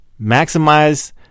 maximize